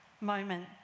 moment